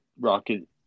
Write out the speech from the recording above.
rocket